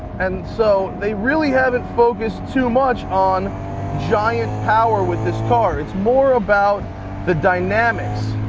and so they really haven't focused too much on giant power with this car. it's more about the dynamics.